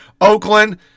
Oakland